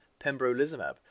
pembrolizumab